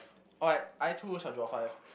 what I too shall draw five